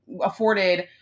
afforded